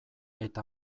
eta